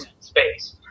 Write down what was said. space